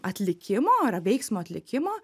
atlikimo ar veiksmo atlikimo